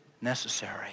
necessary